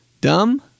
dumb